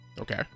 Okay